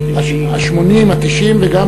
ה-80, ה-90 וגם